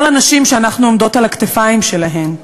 הנשים שאנחנו עומדות על הכתפיים שלהן.